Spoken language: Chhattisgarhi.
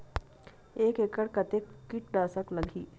एक एकड़ कतेक किट नाशक लगही?